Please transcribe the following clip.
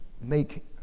make